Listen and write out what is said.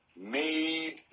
made